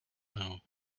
know